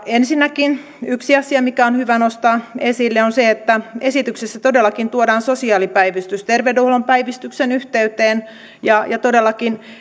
ensinnäkin yksi asia mikä on hyvä nostaa esille on se että esityksessä todellakin tuodaan sosiaalipäivystys terveydenhuollon päivystyksen yhteyteen ja ja todellakin